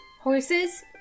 horses